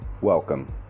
welcome